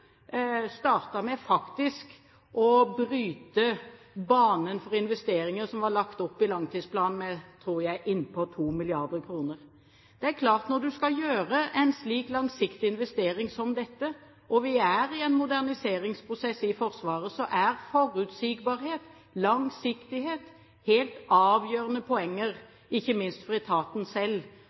å bryte banen for investeringer som var lagt opp i langtidsplanen med, tror jeg, innpå 2 mrd. kr. Det er klart at når du skal gjøre en slik langsiktig investering som dette – og vi er i en moderniseringsprosess i Forsvaret – så er forutsigbarhet, langsiktighet, helt avgjørende poenger, ikke minst for etaten selv.